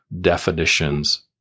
definitions